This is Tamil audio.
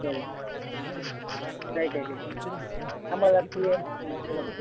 சரிங்க சரி சரி சரிங்க நம்ம அதை அப்படியே ஆ சொல்லுங்கள்